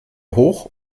hoch